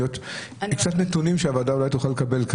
קצת נתונים שהוועדה אולי תוכל לקבל,